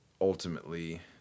ultimately